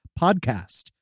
podcast